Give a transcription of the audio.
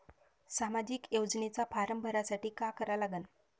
सामाजिक योजनेचा फारम भरासाठी का करा लागन?